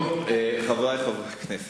חברי חברי הכנסת,